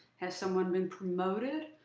has someone been promoted,